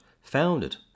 founded